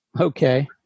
okay